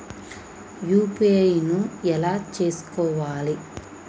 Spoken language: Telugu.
యూ.పీ.ఐ ను ఎలా చేస్కోవాలి?